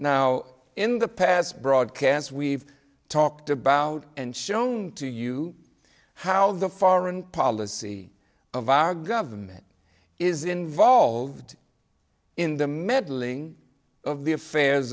now in the past broadcasts we've talked about and shown to you how the foreign policy of our government is involved in the meddling of the